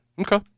Okay